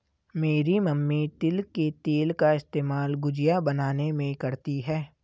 मेरी मम्मी तिल के तेल का इस्तेमाल गुजिया बनाने में करती है